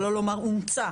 שלא לומר אומצה